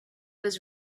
was